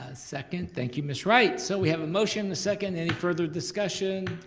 ah second, thank you ms. wright so we have a motion, a second, any further discussion?